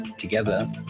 Together